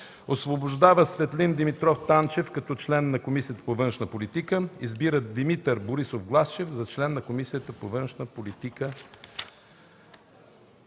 „Освобождава Светлин Димитров Танчев като член на Комисията по външната политика. Избира Димитър Борисов Главчев за член на Комисията по външна политика.”